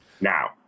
now